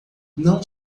não